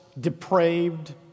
depraved